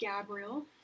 Gabriel